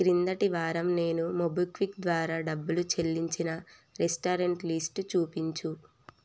క్రిందటి వారం నేను మొబిక్విక్ ద్వారా డబ్బు చెల్లించిన రెస్టారెంట్ లిస్టు చూపించు